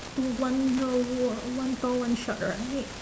two one tall one tall one short right